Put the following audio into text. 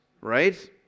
right